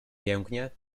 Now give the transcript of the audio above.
pięknie